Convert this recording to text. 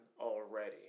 already